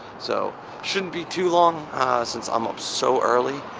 so shouldn't be too long since i'm up so early.